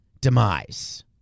demise